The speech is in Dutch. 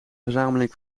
verzameling